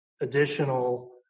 additional